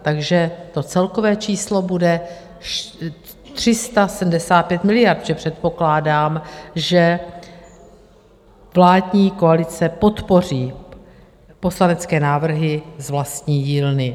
Takže to celkové číslo bude 375 miliard, protože předpokládám, že vládní koalice podpoří poslanecké návrhy z vlastní dílny.